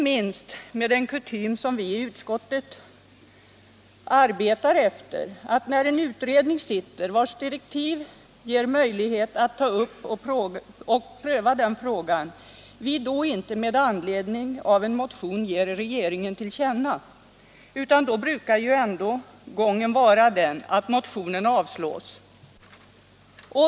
Det är kutym i utskotten att när en utredning arbetar, vars direktiv ger den möjlighet att pröva frågan, inte ge regeringen någon mening ull känna med anledning av en motion. Gången brukar då vara att motionen avslås.